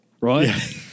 right